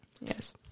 Yes